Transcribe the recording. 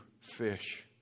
fish